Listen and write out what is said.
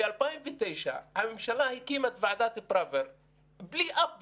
ב-2009 הממשלה הקימה את ועדת פראוור בלי אף בדואי.